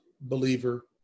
believer